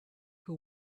who